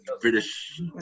British